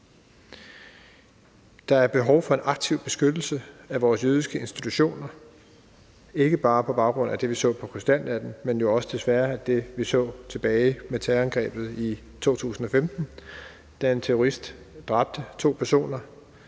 Der er behov for en aktiv beskyttelse af vores jødiske institutioner, ikke bare på baggrund af det, vi så på krystalnatten, men jo desværre også på baggrund af det, vi så med terrorangrebet tilbage i 2015, da en terrorist dræbte to personer